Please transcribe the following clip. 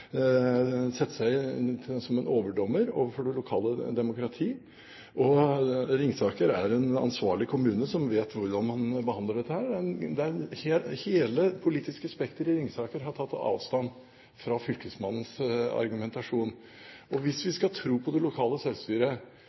seg som en overdommer overfor det lokale demokratiet. Ringsaker er en ansvarlig kommune som vet hvordan man behandler dette. Hele det politiske spekteret i Ringsaker har tatt avstand fra fylkesmannens argumentasjon. Hvis vi skal tro på det lokale selvstyret,